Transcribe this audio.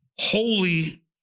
holy